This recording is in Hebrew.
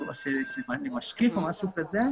שאמור להיות משקיף, כמו שאני מבין.